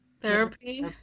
Therapy